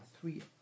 three